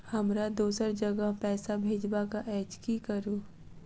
हमरा दोसर जगह पैसा भेजबाक अछि की करू?